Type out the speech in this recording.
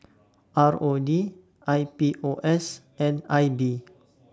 R O D I P O S and I B